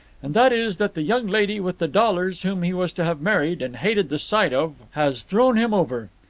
and that is that the young lady with the dollars whom he was to have married, and hated the sight of, has thrown him over.